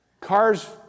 Cars